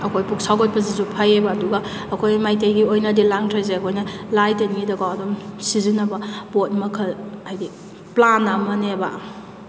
ꯑꯩꯈꯣꯏ ꯄꯨꯛ ꯁꯥꯎꯒꯠꯄꯁꯤꯁꯨ ꯐꯩꯑꯕ ꯑꯗꯨꯒ ꯑꯩꯈꯣꯏ ꯃꯩꯇꯩꯒꯤ ꯑꯣꯏꯅꯗꯤ ꯂꯥꯡꯊ꯭ꯔꯩꯁꯦ ꯑꯩꯈꯣꯏꯅ ꯂꯥꯏ ꯇꯤꯟꯒꯤꯗꯀꯣ ꯑꯗꯨꯝ ꯁꯤꯖꯤꯟꯅꯕ ꯄꯣꯠ ꯃꯈꯜ ꯍꯥꯏꯕꯗꯤ ꯄ꯭ꯂꯥꯟ ꯑꯃꯅꯦꯕ